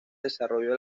desarrollo